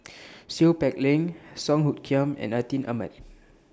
Seow Peck Leng Song Hoot Kiam and Atin Amat